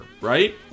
right